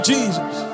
Jesus